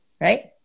right